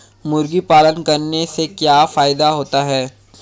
मुर्गी पालन करने से क्या फायदा होता है?